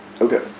Okay